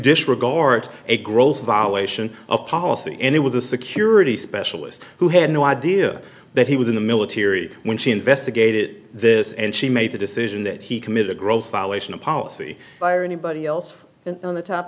disregard a gross violation of policy and it was a security specialist who had no idea that he was in the military when she investigated this and she made the decision that he committed a gross violation of policy by or anybody else in the top